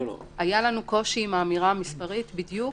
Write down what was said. היה לנו קושי עם האמירה המספרית בדיוק